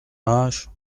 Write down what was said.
âge